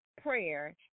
prayer